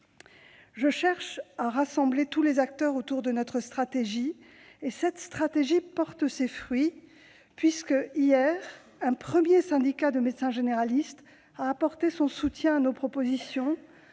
Je cherche à rassembler tous les acteurs autour de notre stratégie, et cette approche porte ses fruits puisque, hier, un premier syndicat de médecins généralistes a apporté son soutien à nos propositions,